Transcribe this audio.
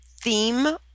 theme